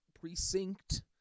Precinct